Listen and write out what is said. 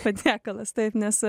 patiekalas taip nes